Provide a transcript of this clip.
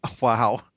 Wow